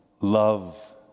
love